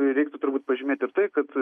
reiktų turbūt pažymėti ir tai kad